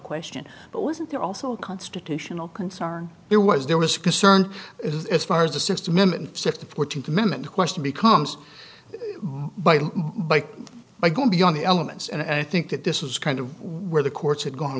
question but wasn't there also a constitutional concern there was there was concern is as far as the system and see if the fourteenth amendment question becomes by bike by going beyond the elements and i think that this is kind of where the courts have gone